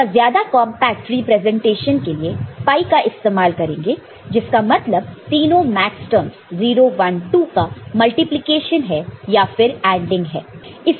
इसका ज्यादा compact representation के लिए पाई का इस्तेमाल करेंगे जिसका मतलब तीनो मैक्सटर्म्स 0 1 2 का मल्टीप्लिकेशन है या फिर AND ing है